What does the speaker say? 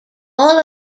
all